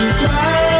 fly